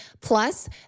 plus